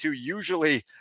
usually